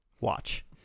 watch